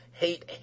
Hate